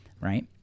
right